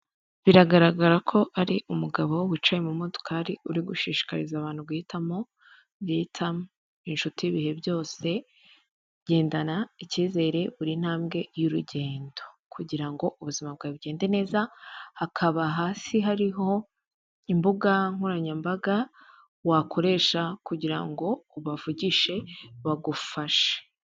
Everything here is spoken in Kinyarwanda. Biragaragara ko ari umugabo wicaye mu modokari uri gushishikariza abantu guhitamo buritamu inshuti y' ibihe byose, gendana ikizere buri ntambwe y'urugendo kugira ngo ubuzima bwawe bugende neza. Hakaba hasi hariho imbuga nkoranyambaga wakoresha kugira ngo ubavugishe bagufashe.